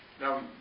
Now